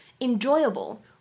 enjoyable